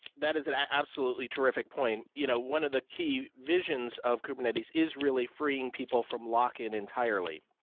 that is an absolutely terrific point. you know one of the key visions of kubernetes is really freeing people from lock-in entirely,